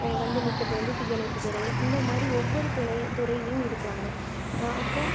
வந்து நிற்கிறது வந்து தீயணைப்புதுறை இந்தமாதிரி ஒவ்வொரு துறை துறையிலும் இருக்கிறாங்க அப்போது